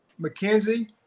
McKenzie